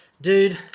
dude